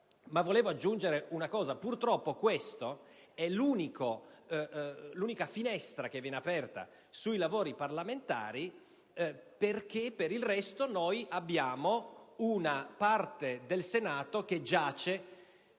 Voglio aggiungere che purtroppo questa è l'unica finestra che viene aperta sui lavori parlamentari, perché per il resto abbiamo una parte del Senato che giace